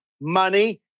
money